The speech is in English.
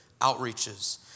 outreaches